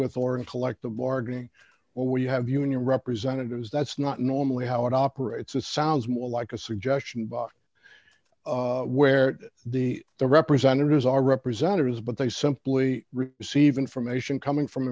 with or in collect the bargain or where you have union representatives that's not normally how it operates is sounds more like a suggestion box where the the representatives are representatives but they simply receive information coming from